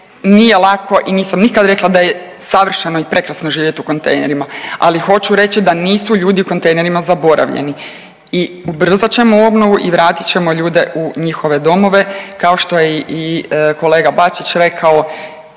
Nije lako i nisam nikad rekla da je savršeno i prekrasno živjet u kontejnerima, ali hoću reći da nisu ljudi u kontejnerima zaboravljeni. I ubrzat ćemo obnovu i vrati ćemo ljude u njihove domove kao što je i kolega Bačić rekao